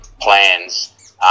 plans